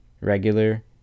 regular